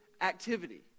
activity